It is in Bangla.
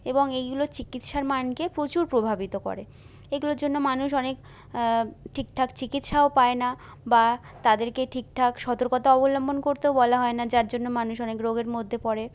এবং এইগুলো চিকিৎসার মানকে প্রচুর প্রভাবিত করে এইগুলোর জন্য মানুষ অনেক ঠিকঠাক চিকিৎসাও পায় না বা তাদেরকে ঠিকঠাক সতর্কতা অবলম্বন করতেও বলা হয় না যার জন্য মানুষ অনেক রোগের মধ্যে পড়ে